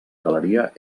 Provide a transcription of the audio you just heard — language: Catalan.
galeria